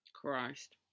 Christ